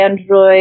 Android